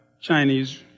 Chinese